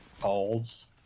calls